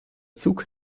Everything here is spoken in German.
zug